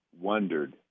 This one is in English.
wondered